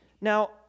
Now